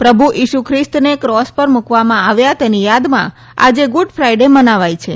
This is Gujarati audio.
પ્રભુ ઈશુ પ્રિસ્તને ક્રોસ પર મૂકવામાં આવ્યા તેની યાદમાં આજે ગુડફાઇડે મનાવાય છે